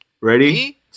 Ready